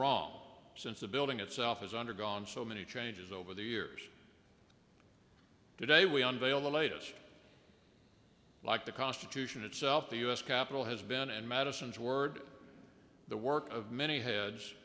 wrong since the building itself has undergone so many changes over the years today we are on bail the latest like the constitution itself the u s capitol has been in madison's word the work of many heads